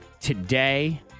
today